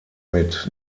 mit